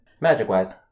Magic-wise